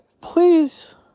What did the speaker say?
please